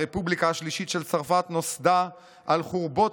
הרפובליקה השלישית של צרפת נוסדה על חורבות